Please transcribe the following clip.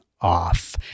off